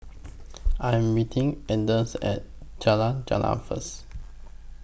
I Am meeting Anders At Jalan Jendela First